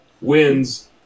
wins